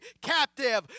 captive